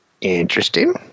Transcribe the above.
Interesting